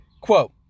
Quote